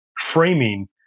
framing